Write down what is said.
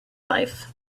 life